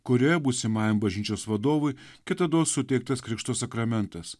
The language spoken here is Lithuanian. kurioje būsimajam bažnyčios vadovui kitados suteiktas krikšto sakramentas